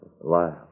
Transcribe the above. laugh